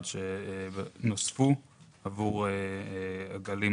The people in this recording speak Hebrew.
אנחנו עוברים לדיון על העברות תקציביות